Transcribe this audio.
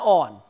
on